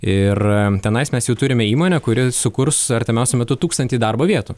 ir tenais mes jau turime įmonę kuri sukurs artimiausiu metu tūkstantį darbo vietų